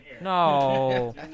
No